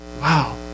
Wow